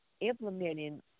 implementing